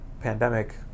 pandemic